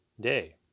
day